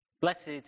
Blessed